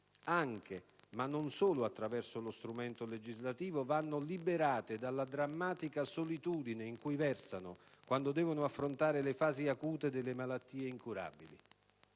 anche - ma non solo - attraverso lo strumento legislativo, vanno liberate dalla drammatica solitudine in cui versano quando devono affrontare le fasi acute delle malattie incurabili.